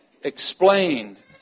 explained